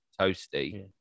toasty